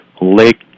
lake